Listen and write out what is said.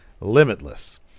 limitless